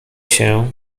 się